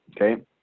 Okay